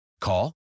Call